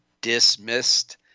dismissed